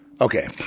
Okay